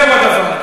זהו הדבר.